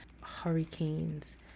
hurricanes